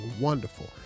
wonderful